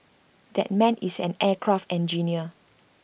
that man is an aircraft engineer